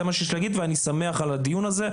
אני שמח על הדיון הזה,